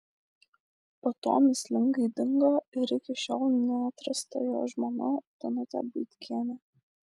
po to mįslingai dingo ir iki šiol neatrasta jo žmona danutė buitkienė